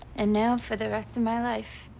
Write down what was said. and now, for the rest of my life,